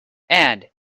and